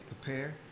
Prepare